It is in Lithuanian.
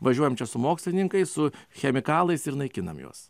važiuojam čia su mokslininkais su chemikalais ir naikinam juos